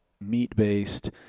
meat-based